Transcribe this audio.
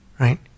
Right